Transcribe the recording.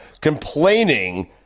complaining